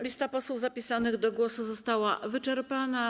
Lista posłów zapisanych do głosu została wyczerpana.